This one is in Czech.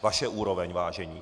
Vaše úroveň, vážení!